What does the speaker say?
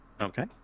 Okay